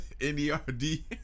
N-E-R-D